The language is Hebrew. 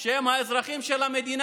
הם מבינים,